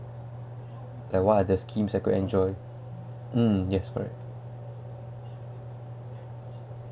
and what others scheme I could enjoy mm yes correct